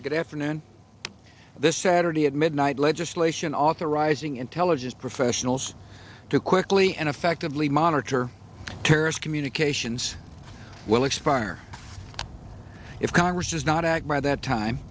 good afternoon this saturday at mid night legislation authorizing intelligence professionals to quickly and effectively monitor terrorist communications will expire if congress does not act by that time